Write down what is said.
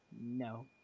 No